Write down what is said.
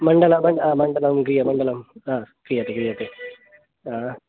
मण्डल मण्डलं मण्डलं हा क्रियते क्रियते हा